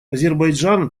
азербайджан